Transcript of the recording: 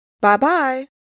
Bye-bye